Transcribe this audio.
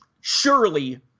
surely